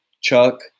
Chuck